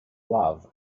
love